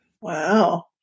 Wow